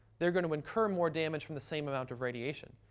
they're going to incur more damage from the same amount of radiation.